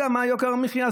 יודע מה יוקר המחיה.